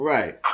Right